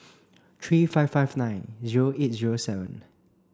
three five five nine zero eight zero seven